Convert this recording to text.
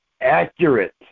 accurate